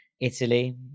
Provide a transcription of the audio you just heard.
Italy